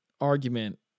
argument